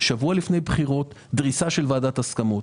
שבוע לפני בחירות יש כאן דריסה של ועדת ההסכמות.